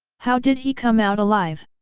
how did he come out alive?